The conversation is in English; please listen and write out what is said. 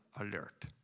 alert